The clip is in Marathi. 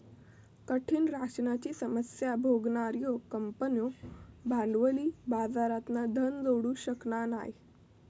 कठीण राशनाची समस्या भोगणार्यो कंपन्यो भांडवली बाजारातना धन जोडू शकना नाय